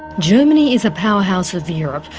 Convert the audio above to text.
germany is a powerhouse of europe,